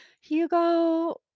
Hugo